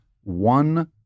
one